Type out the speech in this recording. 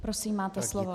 Prosím, máte slovo.